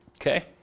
Okay